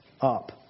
up